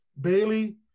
Bailey